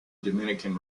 dominican